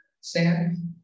Sam